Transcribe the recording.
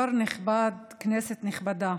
יושב-ראש נכבד, כנסת נכבדה,